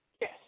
Yes